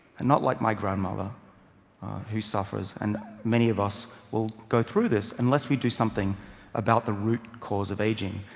and not like my grandmother who suffers. and many of us will go through this unless we do something about the root cause of aging.